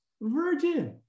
virgin